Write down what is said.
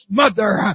mother